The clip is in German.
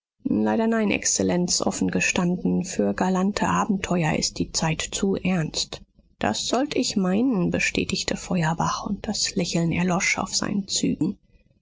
leider nein exzellenz offen gestanden für galante abenteuer ist die zeit zu ernst das sollt ich meinen bestätigte feuerbach und das lächeln erlosch auf seinen zügen